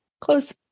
close